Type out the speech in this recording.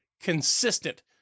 consistent